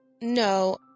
No